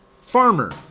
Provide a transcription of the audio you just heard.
farmer